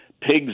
pigs